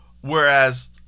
Whereas